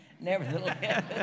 nevertheless